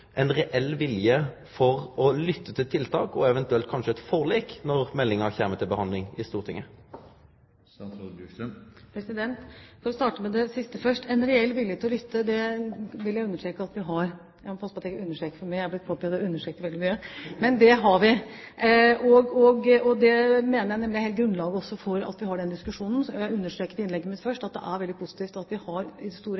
reell vilje til å lytte til tiltak, og eventuelt kanskje eit forlik, når meldinga kjem til behandling i Stortinget? For å starte med det siste først: En reell vilje til å lytte vil jeg understreke at vi har – jeg må passe på at jeg ikke understreker for mye, det er blitt påpekt at jeg understreker veldig mye – og det mener jeg også er hele grunnlaget for at vi har denne diskusjonen. Som jeg understreket i mitt første innlegg, er det veldig positivt at vi i det store